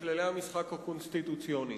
בכללי המשחק הקונסטיטוציוניים.